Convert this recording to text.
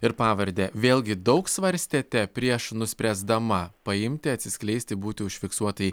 ir pavardę vėlgi daug svarstėte prieš nuspręsdama paimti atsiskleisti būti užfiksuotai